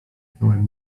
pełen